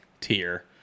tier